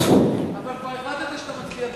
אבל כבר החלטת שאתה מצביע בעד.